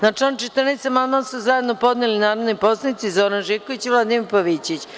Na član 14. amandman su zajedno podneli narodni poslanici Zoran Živković i Vladimir Pavićević.